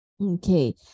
Okay